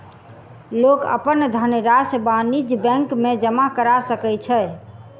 लोक अपन धनरशि वाणिज्य बैंक में जमा करा सकै छै